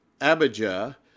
Abijah